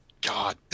god